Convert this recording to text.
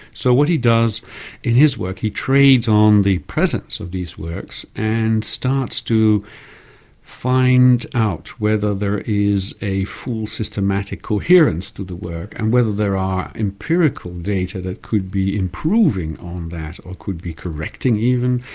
so what he does in his work, he trades on the presence of these works and starts to find out whether there is a full systematic coherence to the work and whether there are empirical data that could be improving on that, or could be correcting, even,